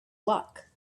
luck